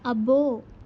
అబ్బో